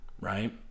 right